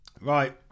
right